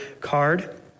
card